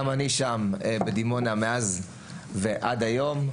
גם אני שם, בדימונה, מאז ועד היום.